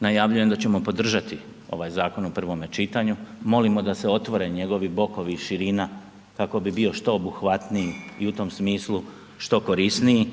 najavljujem da ćemo podržati ovaj zakon u prvome čitanju, molimo da se otvore njegovi bokovi i širina kako bi bio što obuhvatniji i u tom smislu što korisniji